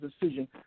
decision